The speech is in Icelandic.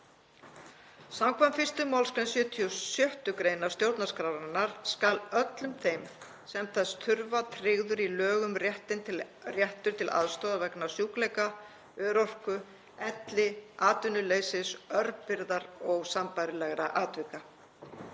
Samkvæmt 1. mgr. 76. gr. stjórnarskrárinnar skal öllum þeim sem þess þurfa tryggður í lögum réttur til aðstoðar vegna sjúkleika, örorku, elli, atvinnuleysis, örbirgðar og sambærilegra atvika.